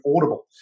Audible